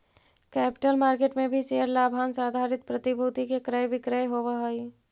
capital market में भी share लाभांश आधारित प्रतिभूति के क्रय विक्रय होवऽ हई